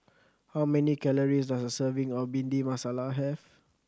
how many calories does a serving of Bhindi Masala have